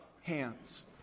hands